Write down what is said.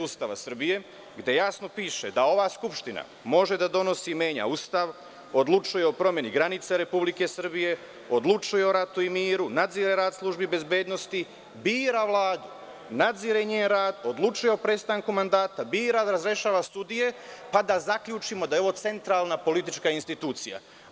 Ustava Srbije, gde jasno piše da ova Skupština može da donosi i menja Ustav, odlučuje o promeni granica Republike Srbije, odlučuje o ratu i miru, nadzire rad službi bezbednosti, bira Vladu, nadzire njen rad, odlučuje o prestanku mandata, bira i razrešava sudije, pa da zaključimo da je ovo centralna politička institucija.